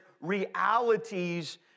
realities